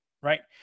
right